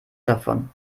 davon